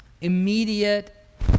immediate